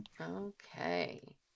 Okay